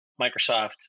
Microsoft